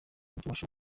bashobora